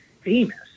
famous